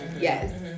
Yes